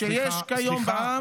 שיש כיום בעם,